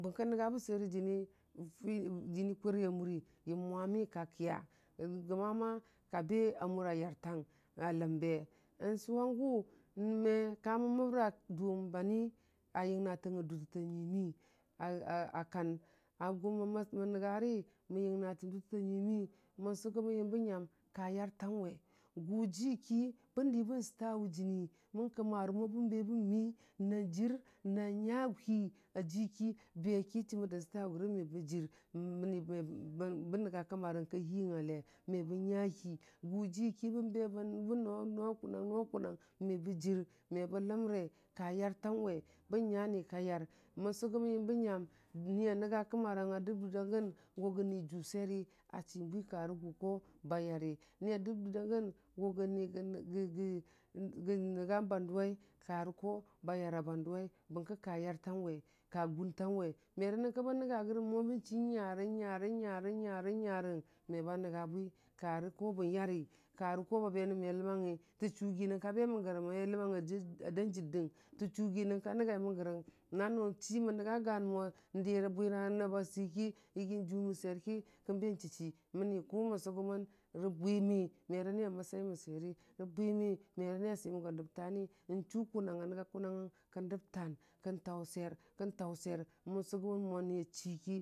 bərki nənga bə fini rə jəni kʊri a mʊri, yə mwami ka kya gəma ma kabə a mʊra yartang a ləmbe, sʊwangʊ me kamən məbbəra dʊwan bani a yəngna tang a dʊrtəta nyuimi a kan a gʊmən nəngari mən yəngatən dʊtəta nyuimi, mə sʊgʊmən yəmbə nyam ka yartəwe, gʊ ji ki bən di bən suta wə jəni mən kəmərə mo bən nan mi nan jir nya hi aji ki beki chəmər dən sʊtuwurəgənme bajir məni bən nənga kəma rang ka hiyəng a le, me bən nya hi gʊ jiki bən be bən "no" kʊ nany me bajir me bə ləmrə, ka yartu nyawe bən ni wayar, mən sʊgʊmən nyəmbə nyam ni a nənga kəmarang a dəg durdan gən go gənijʊ sweri, a chinbwi karə gʊ ko bayari, ni a dəg durdangən yo gənni "gə" nənga banduwai karə ko ba yar n bandʊwai bərəki ku yartang we ka gʊntung we merə nyənkə bən nənga gərən mʊ mən chi mən nyare nyare nyarəng me ba nənga bwika rəko bən yari karə ko ba benən me ləmangyi, tə chʊgi nyənka bəmənrəya ma ləmangəm a dan jərdəng ta chʊgi nyənka nəngamən gərəng nanu chii mo mən nənga gan mo dirə bwiyanəm a səiki yəgijui mən swer ki kən be chi chi məni kʊ mən sʊgʊmən rə bwimi merə ni a məsəimən sweri rə bwimi merə ni a swimən go dəb tani chʊ kʊnung n nənga kʊnangəng kən dəb tan kən sweri kən tau swer mən sʊgʊmənmo ni a chi ki me tə.